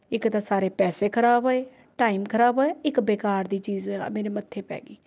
ਇੱਕ ਤਾਂ ਸਾਰੇ ਪੈਸੇ ਖਰਾਬ ਹੋਏ ਟਾਈਮ ਖਰਾਬ ਹੋਇਆ ਇੱਕ ਬੇਕਾਰ ਦੀ ਚੀਜ਼ ਮੇਰੇ ਮੱਥੇ ਪੈ ਗਈ